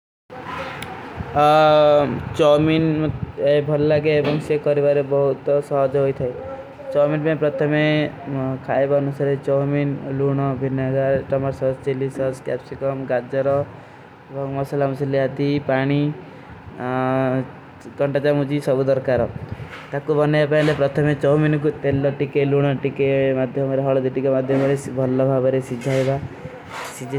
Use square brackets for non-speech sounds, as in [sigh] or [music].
[unintelligible] ସପର୍ଷା ଏବଂଗ ସେମାନାଂ କୋ ସାଥୀ ମାନାଂ କୋ ସପର୍ଷା କରୋ ଥୀବା ଏବଂଗ ବାର୍ଥା ପଠାଓ ଥୀବା ଏବଂଗ ବାର୍ଥା ପଠାଓ ଥୀବା ବେକ୍ଟୀ ମଧ୍ଯାରେ କିଛୀ କିଟା କଥାରତା ହୋନତୀ। ଏହୀ ପଧତୀ ଗୁରୀ କୋ ଦାରା କିଟା ଗୁରୀ କୋ ନିଜଵ ମଧ୍ଯାରେ ପଠା ବାର୍ଥା କରନତୀ ଏବଂଗ ସେମାନାଂ କୋ ଭାଵବାନାଂ ଆପଶକତା ଏବଂଗ ଇଚ୍ଛା କୋ ପକାଶ କରନତୀ କିଛା। କିଟା ନିଜଵ ମଧ୍ଯାରେ କିଛୀ କଥାରତା ହୋନତୀ ଏବଂଗ ନିଜଵ ମଧ୍ଯାରେ କିଛୀ ଗଂଧୋ